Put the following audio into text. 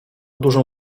dużą